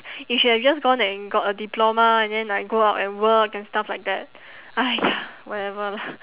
you should have just gone and got a diploma and then like go out and work and stuff like that !aiya! whatever lah